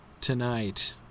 tonight